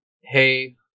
hey